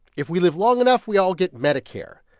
if we live long enough, we all get medicare.